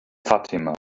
fatima